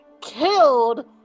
killed